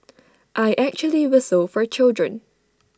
I actually whistle for children